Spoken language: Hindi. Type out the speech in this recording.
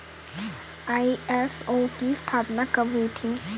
आई.एस.ओ की स्थापना कब हुई थी?